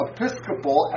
Episcopal